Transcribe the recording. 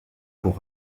pour